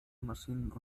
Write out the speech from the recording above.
maschinen